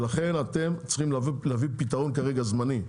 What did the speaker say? לכן אתם צריכים להביא פתרון כרגע זמני,